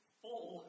full